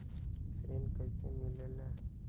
ऋण कईसे मिलल ले?